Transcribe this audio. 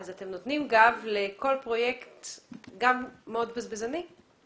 אתם נותנים גב לכל פרויקט גם מאוד בזבזני?